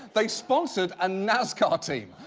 they sponsored a nascar team,